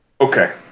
Okay